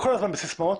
בסיסמאות.